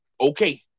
Okay